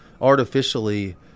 artificially